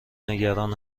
نگران